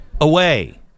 away